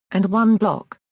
and one block.